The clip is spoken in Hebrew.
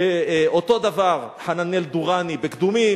אותו דבר חננאל דורני בקדומים,